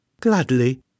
Gladly